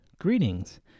greetings